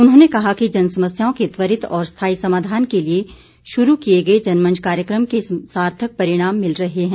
उन्होंने कहा कि जन समस्याओं के त्वरित और स्थायी समाधान के लिए शुरू किए गए जनमंच कार्यक्रम के सार्थक परिणाम मिल रहे हैं